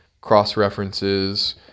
cross-references